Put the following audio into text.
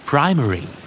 primary